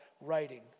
writing